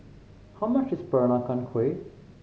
how much is Peranakan Kueh